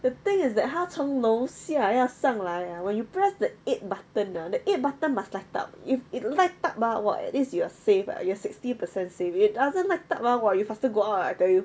the thing is that 他从楼下要上来 ah when you press the eight button ah the eight button must light up if it light up ah !wah! at least you are safe ah you are sixty percent safe if it doesn't light up ah !wah! you faster go out ah I tell you